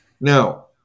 Now